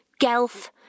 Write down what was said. Gelf